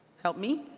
help me?